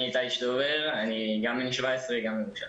גם אני בן 17 מירושלים.